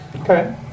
Okay